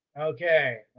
okay